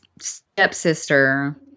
stepsister